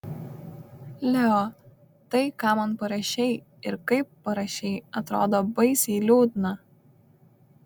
leo tai ką man parašei ir kaip parašei atrodo baisiai liūdna